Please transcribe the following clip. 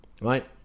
Right